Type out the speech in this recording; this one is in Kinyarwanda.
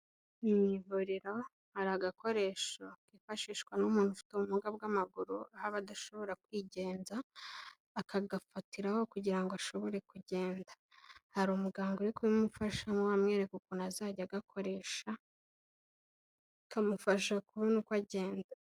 Ni mu ivuriro hari agakoresho kifashishwa n'umuntu ufite ubumuga bw'amaguru, aho aba adashobora kwigenza, akagafatiraho kugira ngo ashobore kugenda. Hari umuganga uri kubimufashamo, amwereka ukuntu azajya agakoresha, kakamufasha kubona uko agenda.